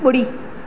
ॿुड़ी